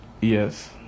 Yes